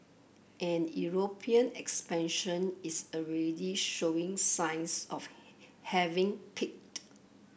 and European expansion is already showing signs of having peaked